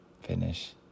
finish